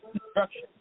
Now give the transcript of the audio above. construction